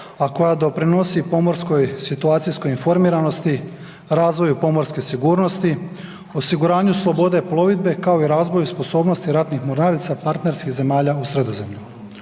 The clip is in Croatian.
a koja doprinosi pomorskoj situacijskoj informiranosti, razvoju pomorske sigurnosti, osiguranju slobode plovidbe kao i razvoju sposobnosti ratnih mornarica partnerskih zemalja u Sredozemlju.